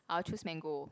I'll choose Mango